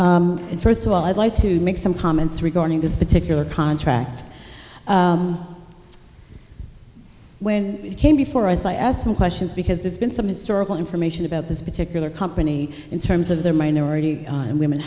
and first of all i'd like to make some comments regarding this particular contract when it came before us i asked some questions because there's been some historical information about this particular company in terms of their minority and women